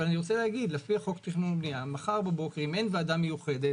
אבל, לפי חוק התכנון והבנייה, אם אין ועדה מיוחדת